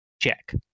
check